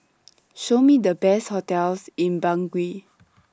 Show Me The Best hotels in Bangui